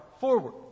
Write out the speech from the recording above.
forward